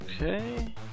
Okay